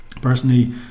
Personally